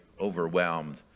overwhelmed